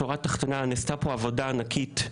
בשורה התחתונה, נעשתה פה עבודה ענקית,